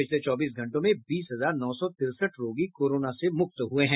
पिछले चौबीस घंटों में बीस हजार नौ सौ तिरसठ रोगी कोरोना से मुक्त हुए हैं